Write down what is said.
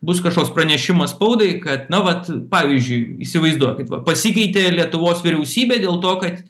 bus kažkoks pranešimas spaudai kad na vat pavyzdžiui įsivaizduokit va pasikeitė lietuvos vyriausybė dėl to kad